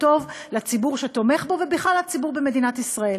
טוב לציבור שתומך בו ובכלל לציבור במדינת ישראל.